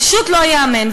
פשוט לא ייאמן.